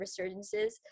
resurgences